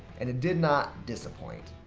and it did not disappoint.